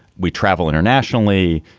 we travel internationally.